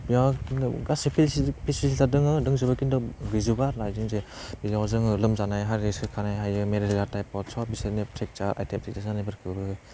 बेयाव गासै फेसिलिटि फेसिलिटिया दङ दंजोबो खिन्थु गैजोबा आरो ना बिदिनोसै बेनि उनाव जोङो लोमजानाय हाथाइ सोखानाय हायो मेलेरिया टाइफट सब बिसोर फ्रेक्सार आथिं फ्रेक्सार जानायफोरखौबो